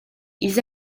ils